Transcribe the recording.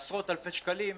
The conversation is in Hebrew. בעשרות אלפי שקלים,